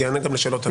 הוא יענה גם לשאלות.